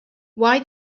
why